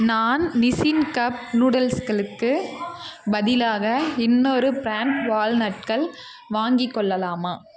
நான் Nissin cup நூடுல்ஸ்களுக்கு பதிலாக இன்னொரு ப்ராண்ட் வால்நட்கள் வாங்கிக் கொள்ளலாமா